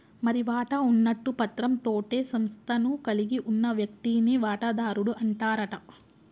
మరి వాటా ఉన్నట్టు పత్రం తోటే సంస్థను కలిగి ఉన్న వ్యక్తిని వాటాదారుడు అంటారట